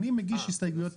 אני מגיש הסתייגויות נוספות.